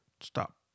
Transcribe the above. Stop